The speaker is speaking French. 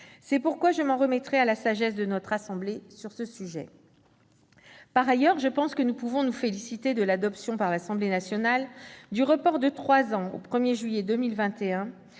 plus largement. Je m'en remettrai à la sagesse de notre assemblée sur ce sujet. Par ailleurs, je pense que nous pouvons nous féliciter de l'adoption par l'Assemblée nationale du report de trois ans, au 1 juillet 2021,